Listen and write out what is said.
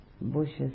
bushes